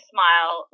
Smile